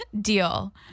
Deal